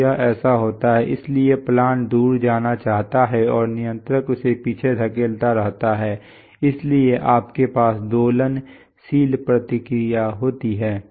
तो यह ऐसा होता है इसलिए प्लांट दूर जाना चाहता है और नियंत्रक उसे पीछे धकेलता रहता है इसलिए आपके पास दोलनशील प्रतिक्रिया होती है